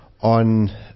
on